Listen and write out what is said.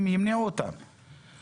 ימנעו את הכניסה של האנשים האלה.